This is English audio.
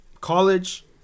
college